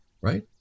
right